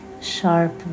sharp